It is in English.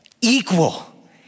Equal